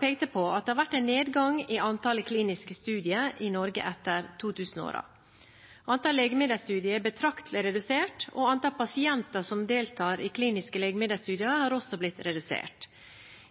pekte på at det har vært en nedgang i antallet kliniske studier i Norge etter 2000-årene. Antall legemiddelstudier er betraktelig redusert, og antall pasienter som deltar i kliniske legemiddelstudier, har også blitt redusert.